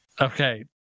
okay